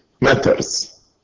matters